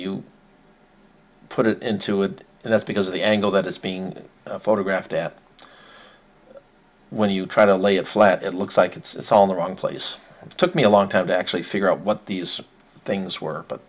you put it into it and that's because of the angle that it's being photographed at when you try to lay it flat it looks like it's all in the wrong place and took me a long time to actually figure out what these things work but